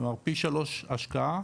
כלומה פי שלוש השקעה